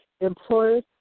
employers